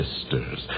sisters